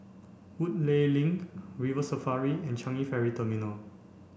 Woodleigh Link River Safari and Changi Ferry Terminal